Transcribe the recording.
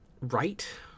right